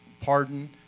pardon